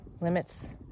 Limits